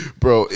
bro